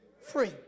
free